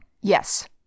Yes